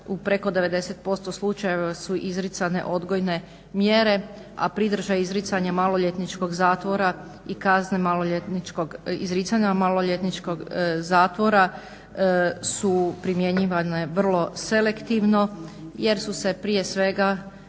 u preko 90% slučajeva su izricane odgojne mjere, a pridržaj izricanja maloljetničkog zatvora i kazne izricanja maloljetničkog zatvora su primjenjivane vrlo selektivno jer su se prije svega